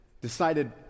decided